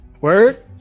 Word